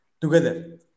together